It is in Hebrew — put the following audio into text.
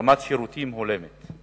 רמת שירותים הולמת,